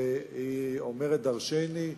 אומרת דורשני.